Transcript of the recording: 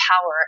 power